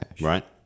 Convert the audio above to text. right